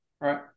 right